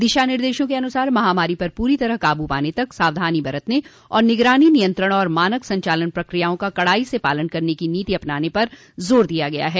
दिशा निर्देशों के अनुसार महामारी पर पूरी तरह काबू पाने तक सावधानी बरतने और निगरानी नियंत्रण तथा मानक संचालन प्रक्रियाओं का कड़ाई से पालन करने की नीति अपनाने पर जोर दिया गया है